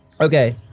Okay